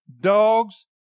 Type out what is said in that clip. dogs